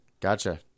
Gotcha